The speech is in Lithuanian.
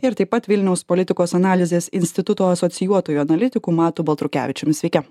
ir taip pat vilniaus politikos analizės instituto asocijuotoju analitiku matu baltrukevičiumi sveiki